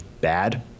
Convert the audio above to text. bad